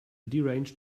deranged